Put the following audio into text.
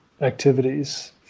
activities